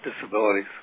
disabilities